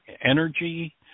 energy